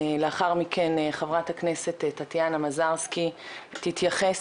לאחר מכן חברת הכנסת טטיאנה מזרסקי תתייחס,